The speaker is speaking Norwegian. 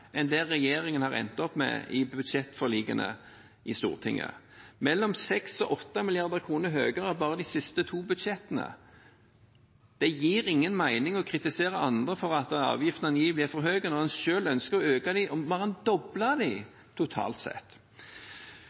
enn det regjeringen har endt opp med i budsjettforlikene i Stortinget – mellom 6 mrd. kr–8 mrd. kr høyere bare i de to siste budsjettene. Det gir ingen mening å kritisere andre for at avgiftene angivelig er for høye, når en selv ønsker å øke dem – og mer enn doble dem, totalt sett.